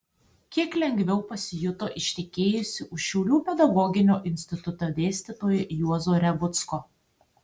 kiek lengviau pasijuto ištekėjusi už šiaulių pedagoginio instituto dėstytojo juozo revucko